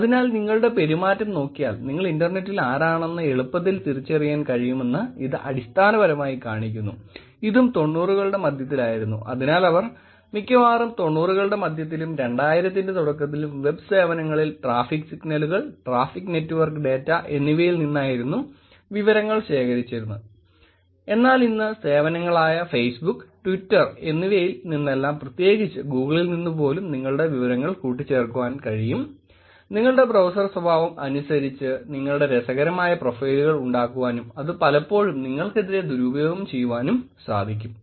അതിനാൽ നിങ്ങളുടെ പെരുമാറ്റം നോക്കിയാൽ നിങ്ങൾ ഇന്റർനെറ്റിൽ ആരാണെന്ന് എളുപ്പത്തിൽ തിരിച്ചറിയാൻ കഴിയുമെന്ന് ഇത് അടിസ്ഥാനപരമായി കാണിക്കുന്നു ഇതും തൊണ്ണൂറുകളുടെ മധ്യത്തിലായിരുന്നു അതിനാൽ അവർ മിക്കവാറും തൊണ്ണൂറുകളുടെ മധ്യത്തിലും രണ്ടായിരത്തിന്റെ തുടക്കത്തിലും വെബ് സേവനങ്ങളിൽ ട്രാഫിക് സിഗ്നലുകൾ ട്രാഫിക് നെറ്റ്വർക്ക് ഡാറ്റ എന്നിവയിൽ നിന്നായിരുന്നു വിവരങ്ങൾ ശേഖരിച്ചിരുന്നത് എന്നാലിന്ന് സേവനങ്ങളായ ഫേസ്ബുക്ക് ട്വിറ്റർ എന്നിവയിൽ നിന്നെല്ലാം പ്രത്യേകിച്ച് ഗൂഗിളിൽ നിന്നുപോലും നിങ്ങളുടെ വിവരങ്ങൾ കൂട്ടിച്ചേർക്കാൻ കഴിയും നിങ്ങളുടെ ബ്രൌസർ സ്വഭാവം അനുസരിച്ച നിങ്ങളുടെ രസകരമായ പ്രൊഫൈലുകൾ ഉണ്ടാക്കുവാനും അത് പലപ്പോഴും നിങ്ങൾക്കെതിരെ ദുരുപയോഗം ചെയ്യുവാനും സാധിക്കും